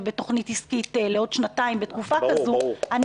בתכנית עסקית לעוד שנתיים בתקופה כזאת.